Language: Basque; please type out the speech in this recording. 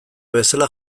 bezala